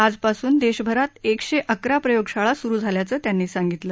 आजपासून देशभरात एकशे अकरा प्रयोगशाळा सुरू झाल्याचं त्यांनी सांगितलं